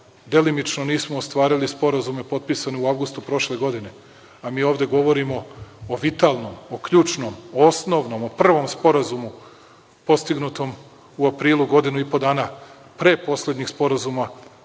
delimično nismo ostvarili sporazume potpisane u avgustu prošle godine, a mi ovde govorimo o vitalnom, o ključnom, o osnovnom, o prvom sporazumu postignutom u aprilu godinu i po dana pre poslednjeg sporazuma,